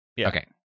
Okay